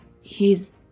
He's